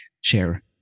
Share